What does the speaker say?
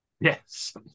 Yes